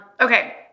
Okay